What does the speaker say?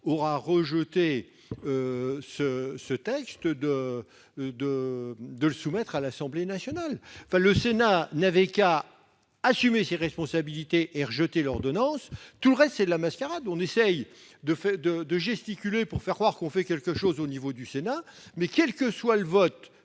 Sénat rejette ce texte, de le soumettre à l'Assemblée nationale. Le Sénat n'avait qu'à assumer ses responsabilités et rejeter cette ordonnance. Tout le reste n'est que de la mascarade ! On gesticule pour faire croire que l'on fait quelque chose ici. Mais quel que soit le vote